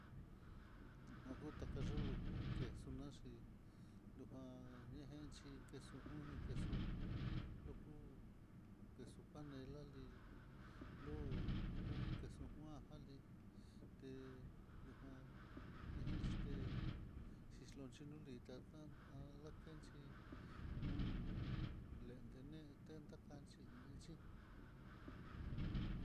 Najuta kaleyukuke xunachí lujan, nikenxhi kexujunge kexu luku, queso panela li lo'o queso kuan jalii, té lujan ejinte xhino xhilolinta tan há lakenchí nuu lente nee tenta ka'achi iin ichí.